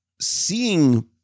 seeing